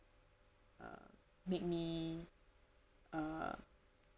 uh make me uh